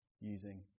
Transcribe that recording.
using